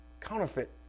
counterfeit